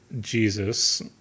Jesus